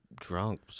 Drunk